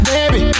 Baby